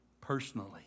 personally